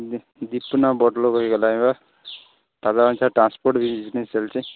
ଦୀପୁ ନା ବଡ଼ ଲୋକ୍ ହେଇଗଲାଣି ବା ତା'ର ଏବେ ଟ୍ରାନ୍ସପୋର୍ଟ ବିଜନେସ୍ ଚାଲିଛି